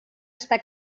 està